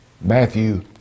Matthew